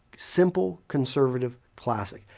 simple, conservative, classic,